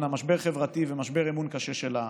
משבר חברתי ומשבר אמון קשה של העם.